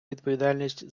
відповідальність